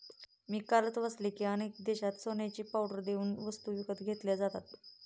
मी कालच वाचले की, अनेक देशांत सोन्याची पावडर देऊन वस्तू विकत घेतल्या जातात